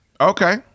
Okay